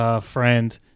Friend